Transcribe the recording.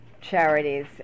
charities